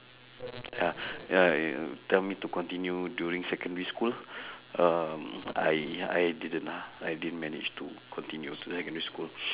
ya ya ya ya tell me to continue during secondary school um I I didn't ah I didn't manage to continue to secondary school